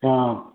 हां